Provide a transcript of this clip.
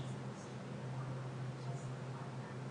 חשוב מאוד, נשמח מאוד לקחת חלק.